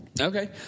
okay